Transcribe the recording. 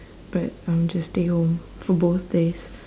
but um just stay home for both days